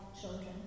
children